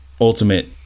ultimate